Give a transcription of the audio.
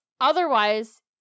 Otherwise